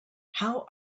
how